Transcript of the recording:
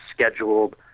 scheduled